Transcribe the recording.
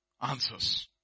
Answers